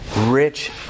Rich